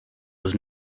was